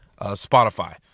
spotify